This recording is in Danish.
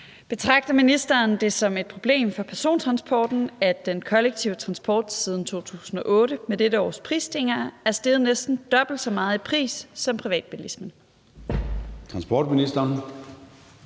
Betragter ministeren det som et problem for persontransporten, at den kollektive transport siden 2008 med dette års prisstigninger er steget næsten dobbelt så meget i pris som privatbilismen? Skriftlig